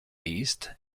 east